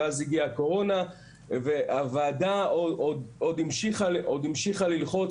אז הגיעה הקורונה והוועדה עוד המשיכה ללחוץ